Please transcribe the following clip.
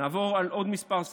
נעבור על עוד כמה סעיפים.